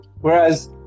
Whereas